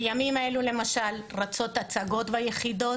בימים אלו למשל רצות הצגות ביחידות,